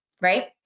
right